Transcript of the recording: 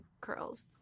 curls